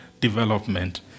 development